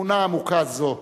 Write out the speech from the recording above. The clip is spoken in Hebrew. אמונה עמוקה זו,